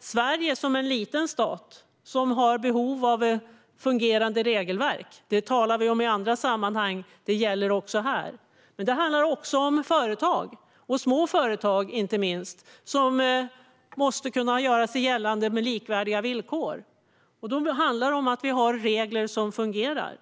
Sverige är en liten stat och har behov av ett fungerande regelverk. Det talar vi om i andra sammanhang, och det gäller också här. Det handlar också om företag, inte minst små företag, som måste kunna göra sig gällande på likvärdiga villkor. Då måste vi ha regler som fungerar